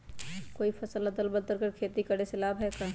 कोई फसल अदल बदल कर के खेती करे से लाभ है का?